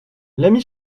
l’ami